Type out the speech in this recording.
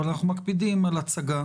אבל אנחנו מקפידים על הצגה.